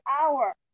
hour